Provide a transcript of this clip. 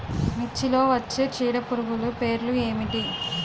మిర్చిలో వచ్చే చీడపురుగులు పేర్లు ఏమిటి?